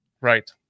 Right